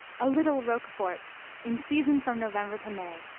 a little roquefort in season from november to may.